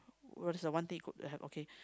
what is the one thing you could have okay